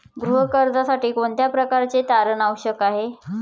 गृह कर्जासाठी कोणत्या प्रकारचे तारण आवश्यक आहे?